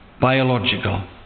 Biological